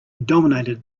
dominated